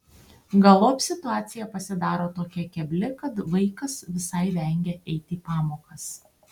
galop situacija pasidaro tokia kebli kad vaikas visai vengia eiti į pamokas